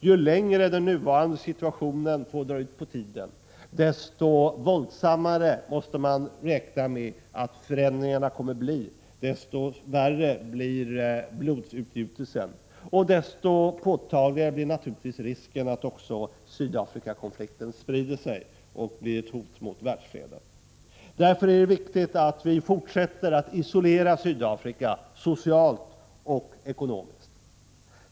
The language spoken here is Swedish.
Ju längre den nuvarande situationen får dra ut på tiden, desto våldsammare kommer förändringarna att bli, desto värre blir blodsutgjutelsen, och desto påtagligare blir naturligtvis risken att också Sydafrikakonflikten sprider sig och blir ett hot mot världsfreden. Därför är det viktigt att vi fortsätter att isolera Sydafrika socialt och ekonomiskt.